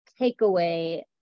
takeaway